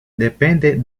depende